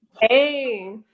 Hey